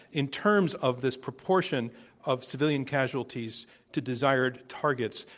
in terms of this proportion of civilian casualties to desired targets,